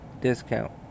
discount